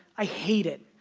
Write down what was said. i hate it.